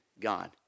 God